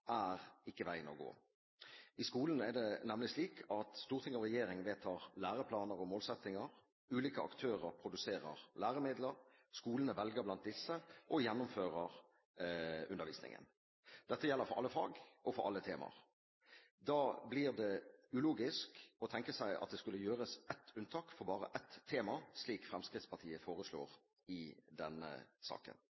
er ikke veien å gå. I skolen er det nemlig slik at storting og regjering vedtar læreplaner og målsettinger, ulike aktører produserer læremidler, skolene velger blant disse og gjennomfører undervisningen. Dette gjelder for alle fag og for alle temaer. Da blir det ulogisk å tenke seg at det skulle gjøres ett unntak for bare ett tema, slik Fremskrittspartiet foreslår